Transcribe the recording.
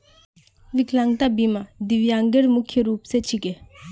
विकलांगता बीमा दिव्यांगेर मुख्य रूप स छिके